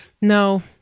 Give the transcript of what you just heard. No